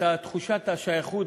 תחושת השייכות